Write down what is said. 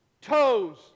toes